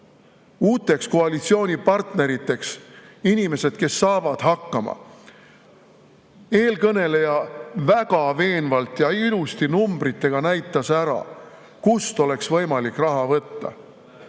uuteks koalitsioonipartneriteks inimesed, kes saavad hakkama. Eelkõneleja väga veenvalt ja ilusti numbritega näitas ära, kust oleks võimalik raha võtta.